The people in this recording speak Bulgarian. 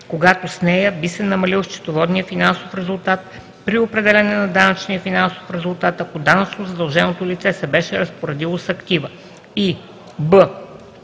когато с нея би се намалил счетоводния финансов резултат при определяне на данъчния финансов резултат, ако данъчно задълженото лице се беше разпоредило с актива, и б)